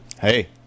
Hey